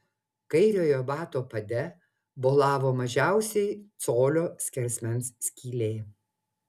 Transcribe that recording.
kairiojo bato pade bolavo mažiausiai colio skersmens skylė